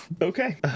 Okay